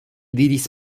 diris